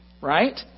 right